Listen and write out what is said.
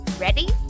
Ready